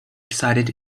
excited